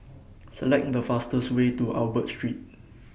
Select The fastest Way to Albert Street